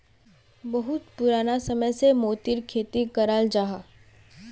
बहुत पुराना समय से मोतिर खेती कराल जाहा